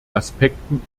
aspekten